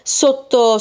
sotto